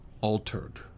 altered